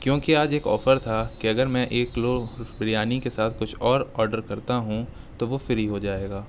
کیونکہ آج ایک آفر تھا کہ اگر میں ایک کلو بریانی کے ساتھ کچھ اور آڈر کرتا ہوں تو وہ فری ہو جائے گا